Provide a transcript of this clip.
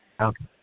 Okay